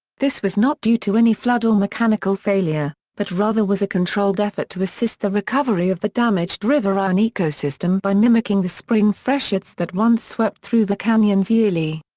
this was not due to any flood or mechanical failure, but rather was a controlled effort to assist the recovery of the damaged riverine ecosystem by mimicking the spring freshets that once swept through the canyons yearly.